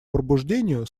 пробуждению